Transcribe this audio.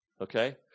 Okay